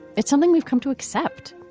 it's something we've come to accept.